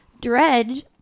Dredge